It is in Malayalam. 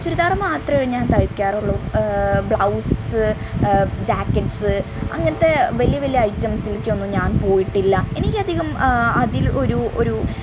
ചുരിദാറ് മാത്രമേ ഞാൻ തയ്ക്കാറുള്ളു ബ്ലൗസ്സ് ജാക്കറ്റ്സ്സ് അങ്ങൻത്തെ വലിയ വലിയ ഐറ്റംസിൽക്കൊന്നും ഞാൻ പോയിട്ടില്ല എനിയ്ക്കധികം അതിൽ ഒരൂ ഒരു